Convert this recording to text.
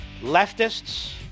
Leftists